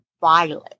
violet